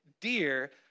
dear